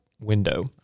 window